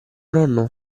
nonno